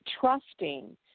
trusting